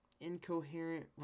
incoherent